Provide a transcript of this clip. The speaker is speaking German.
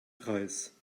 preis